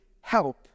help